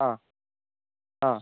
ആ ആ